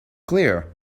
clear